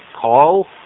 call